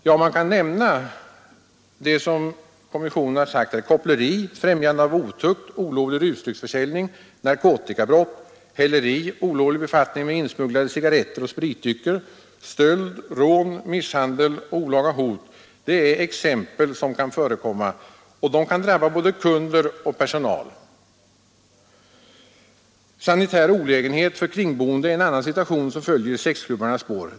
Jag kan då nämna vad kommissionen har angivit, nämligen koppleri, främjande av otukt, olovlig rusdrycksförsäljning, narkotikabrott, häleri, olovlig befattning med insmugglade cigaretter och spritdrycker, stöld, rån, misshandel och olika hot — allt detta är exempel på brott som kan förekomma, och de brotten drabbar såväl kunder som personal. Sanitär olägenhet för kringboende är en annan besvärlig situation som följer i sexklubbarnas spår.